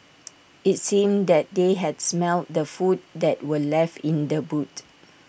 IT seemed that they had smelt the food that were left in the boot